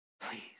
Please